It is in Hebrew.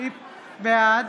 בעד